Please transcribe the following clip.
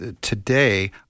today